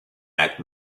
act